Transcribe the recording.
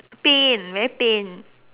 pain very pain